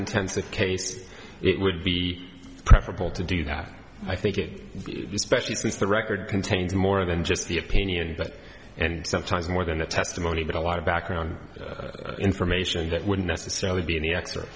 intensive case it would be preferable to do that i think it is specially since the record contains more than just the opinion that and sometimes more than the testimony that a lot of background information that wouldn't necessarily be in the